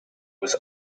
was